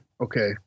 okay